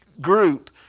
group